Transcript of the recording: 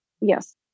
Yes